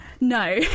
No